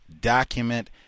document